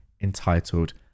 entitled